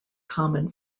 common